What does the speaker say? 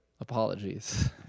Apologies